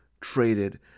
traded